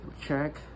Check